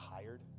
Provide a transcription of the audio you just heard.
hired